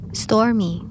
stormy